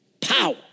Power